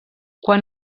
quan